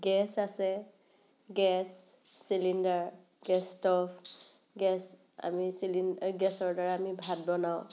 gas আছে gas cylinder gas stove gas আমি গেছৰ দ্বাৰা আমি ভাত বনাওঁ